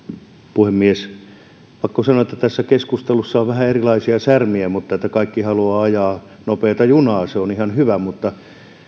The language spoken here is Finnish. puhemies pakko sanoa että tässä keskustelussa on erilaisia särmiä mutta kaikki haluavat ajaa nopeata junaa se on ihan hyvä mutta